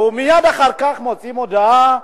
או מייד אחר כך מוציאים הודעה: